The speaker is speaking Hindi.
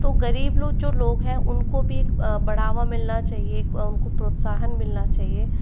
तो गरीब लोग जो लोग है उनको भी एक बढ़ावा मिलना चाहिए उनको प्रोत्साहन मिलना चाहिए